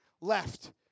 left